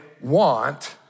want